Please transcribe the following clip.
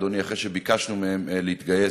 אדוני: אחרי שביקשנו מהם להתגייס,